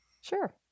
Sure